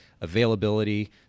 Availability